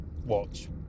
watch